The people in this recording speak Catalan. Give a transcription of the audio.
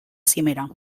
cimera